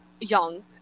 young